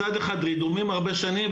מצד אחד רדומים הרבה שנים,